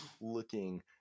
looking